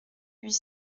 huit